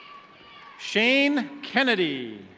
shane kennedy.